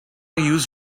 use